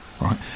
right